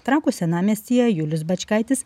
trakų senamiestyje julius bačkaitis